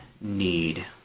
need